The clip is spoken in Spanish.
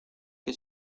que